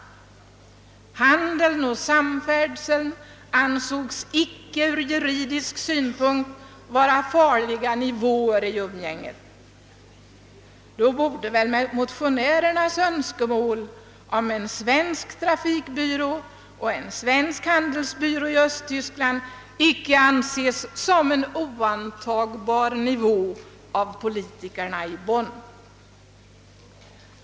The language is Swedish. Handeln och samfärdseln ansågs från juridisk synpunkt inte vara farliga nivåer i umgänget. Då borde väl motionärernas önskemål om en svensk trafikbyrå och en svensk handelsbyrå i Östtyskland inte anses som en oantagbar nivå av politikerna i Bonn.